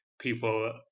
people